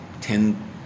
ten